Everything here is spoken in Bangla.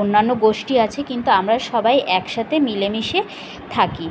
অন্যান্য গোষ্ঠী আছে কিন্তু আমরা সবাই একসাথে মিলেমিশে থাকি